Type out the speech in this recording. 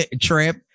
trip